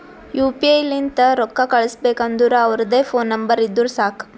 you P I ಲಿಂತ್ ರೊಕ್ಕಾ ಕಳುಸ್ಬೇಕ್ ಅಂದುರ್ ಅವ್ರದ್ ಫೋನ್ ನಂಬರ್ ಇದ್ದುರ್ ಸಾಕ್